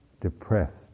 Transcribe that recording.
depressed